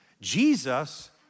Jesus